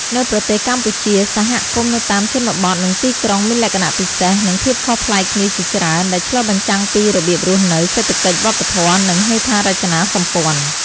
នៅប្រទេសកម្ពុជា សហគមន៍នៅតាមជនបទ និងទីក្រុងមានលក្ខណៈពិសេស និងភាពខុសប្លែកគ្នាជាច្រើន ដែលឆ្លុះបញ្ចាំងពីរបៀបរស់នៅ សេដ្ឋកិច្ច វប្បធម៌ និងហេដ្ឋារចនាសម្ព័ន្ធ។